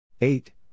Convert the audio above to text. Eight